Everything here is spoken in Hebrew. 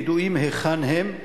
ידוע היכן הם,